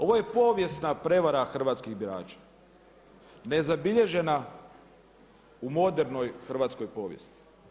Ovo je povijesna prevara hrvatskih birača, nezabilježena u modernoj hrvatskoj povijesti.